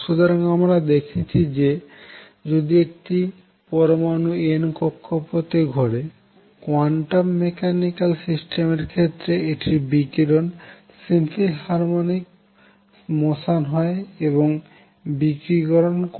সুতরাং আমরা দেখেছি যে যদি একটি পরমানু n কক্ষপথে ঘোরে কোয়ান্টাম মেকানিক্যাল সিস্টেমের ক্ষেত্রে এটির বিকিরণ সিম্পল হারমনিক মোশান হয় এবং বিকিরণ করে